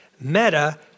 Meta